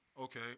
Okay